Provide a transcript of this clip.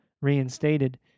reinstated